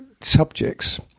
subjects